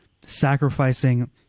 sacrificing